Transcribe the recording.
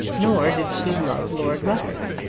nor did she love lord rufford.